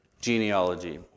genealogy